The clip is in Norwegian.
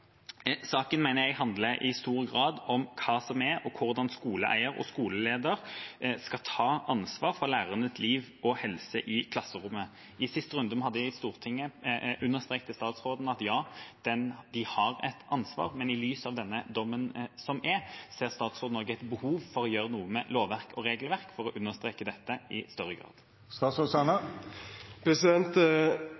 Saken mener jeg i stor grad handler om hvordan skoleeier og skoleleder skal ta ansvar for lærernes liv og helse i klasserommet. I sist runde vi hadde i Stortinget, understreket statsråden at ja, de har et ansvar. Men i lys av denne dommen som har kommet, ser statsråden også et behov for å gjøre noe med lovverk og regelverk for å understreke dette i større grad?